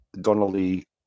Donnelly